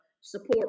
support